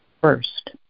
first